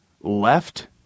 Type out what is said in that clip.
left